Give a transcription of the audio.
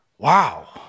Wow